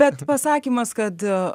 bet pasakymas kad